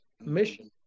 mission